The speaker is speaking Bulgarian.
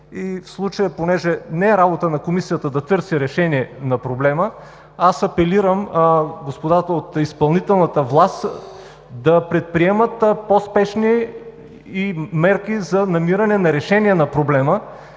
В случая понеже не е работа на Комисията да търси решение на проблема, аз апелирам господата от изпълнителната власт да предприемат по-спешни мерки за намиране на решение на проблема